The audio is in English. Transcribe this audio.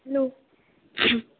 hello